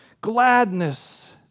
Gladness